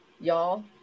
Y'all